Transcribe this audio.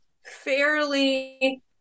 fairly